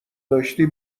داشتی